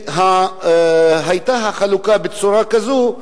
כשהיתה החלוקה בצורה כזאת,